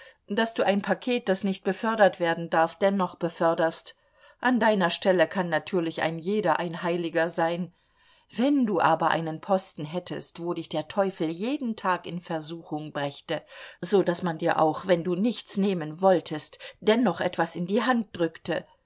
daß du ein paket das nicht befördert werden darf dennoch beförderst an deiner stelle kann natürlich ein jeder ein heiliger sein wenn du aber einen posten hättest wo dich der teufel jeden tag in versuchung brächte so daß man dir auch wenn du nichts nehmen wolltest dennoch etwas in die hand drückte